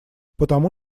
потому